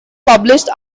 published